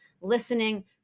listening